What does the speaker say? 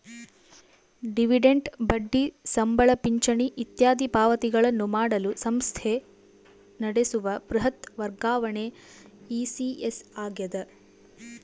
dividend ಬಡ್ಡಿ ಸಂಬಳ ಪಿಂಚಣಿ ಇತ್ಯಾದಿ ಪಾವತಿಗಳನ್ನು ಮಾಡಲು ಸಂಸ್ಥೆ ನಡೆಸುವ ಬೃಹತ್ ವರ್ಗಾವಣೆ ಇ.ಸಿ.ಎಸ್ ಆಗ್ಯದ